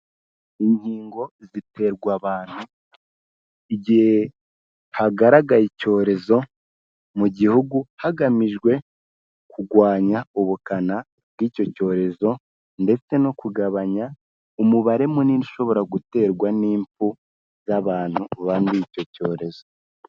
Inkingo ziterwa abantu, igihe hagaragaye icyorezo mu gihugu hagamijwe kugwanya ubukana bw'icyo cyorezo ndetse no kugabanya umubare munini ushobora guterwa n'imfu z'abantu banduye icyo cyorezo.